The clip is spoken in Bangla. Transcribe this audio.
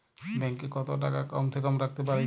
ব্যাঙ্ক এ কত টাকা কম সে কম রাখতে পারি?